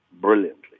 brilliantly